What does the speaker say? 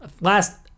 last